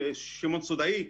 שמעון סודאי,